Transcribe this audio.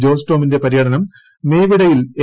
ജോസ് ടോമിന്റെ പര്യടനം മേപ്പിട്യിൽ എ